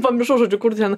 pamiršau žodžiu kur ten